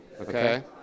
okay